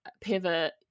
pivot